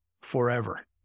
forever